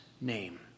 name